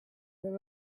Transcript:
than